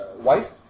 wife